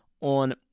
on